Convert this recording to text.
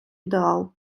ідеал